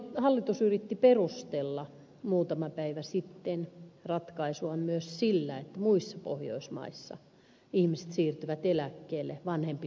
hallitus yritti perustella muutama päivä sitten ratkaisuaan myös sillä että muissa pohjoismaissa ihmiset siirtyvät eläkkeelle vanhempina kuin suomessa